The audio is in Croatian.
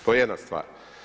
To je jedna stvar.